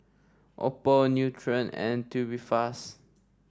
Oppo Nutren and Tubifast